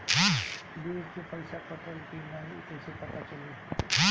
Bill के पइसा कटल कि न कइसे पता चलि?